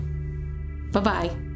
Bye-bye